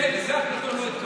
לזה אפלטון לא התכוון.